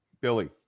Billy